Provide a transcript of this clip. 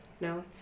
no